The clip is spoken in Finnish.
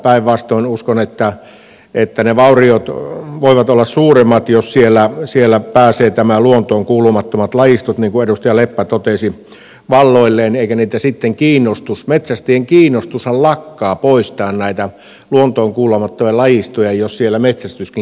päinvastoin uskon että ne vauriot voivat olla suuremmat jos siellä pääsevät nämä luontoon kuulumattomat lajistot niin kuin edustaja leppä totesi valloilleen ja metsästäjien kiinnostus poistaa näitä luontoon kuulumattomia lajistoja lakkaa jos siellä metsästyskin kielletään